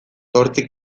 zortzi